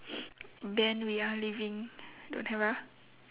ben we are leaving don't have ah